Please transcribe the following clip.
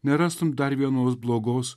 nerastum dar vienos blogos